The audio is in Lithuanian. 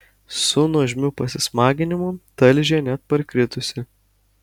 su nuožmiu pasismaginimu talžė net parkritusį